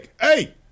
hey